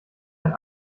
ein